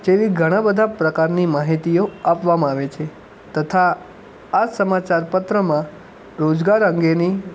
જેવી ઘણા બધા પ્રકારની માહિતીઓ આપવામાં આવે છે તથા આ સમાચાર પત્રમાં રોજગાર અંગેની